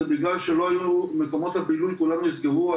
זה בגלל שמקומות הבילוי כולם נסגרו,